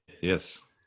yes